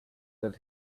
that